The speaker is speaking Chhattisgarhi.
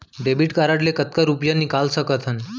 डेबिट कारड ले कतका रुपिया निकाल सकथन?